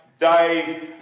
Dave